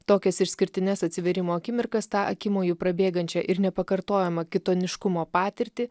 tokias išskirtines atsivėrimo akimirkas tą akimoju prabėgančią ir nepakartojamą kitoniškumo patirtį